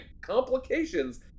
complications